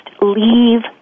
leave